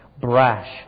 brash